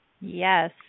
Yes